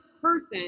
Person